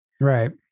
right